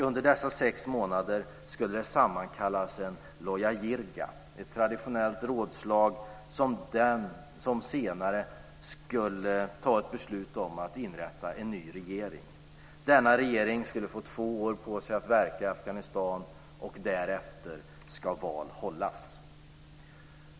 Under dessa sex månader skulle det sammankallas en loya jirga, ett traditionellt rådslag som senare skulle ta ett beslut om att inrätta en ny regering. Denna regering skulle få två år på sig att verka i Afghanistan, och därefter ska val hållas.